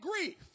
grief